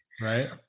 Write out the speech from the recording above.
Right